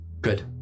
Good